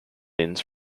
ins